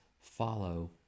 follow